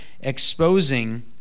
exposing